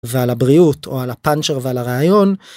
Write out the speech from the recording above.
ועל הבריאות או על הפאנצ'ר ועל הרעיון.